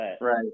right